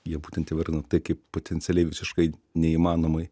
jie būtent įvardina tai kaip potencialiai visiškai neįmanomai